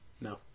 No